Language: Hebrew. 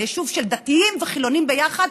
יישוב של דתיים וחילונים ביחד.